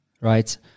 right